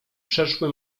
przeszły